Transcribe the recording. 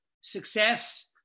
success